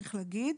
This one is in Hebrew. צריך להגיד,